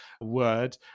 word